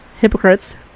Hypocrites